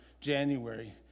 January